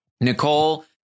Nicole